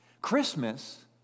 Christmas